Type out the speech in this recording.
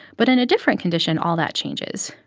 but in a different condition, all that changes.